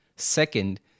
Second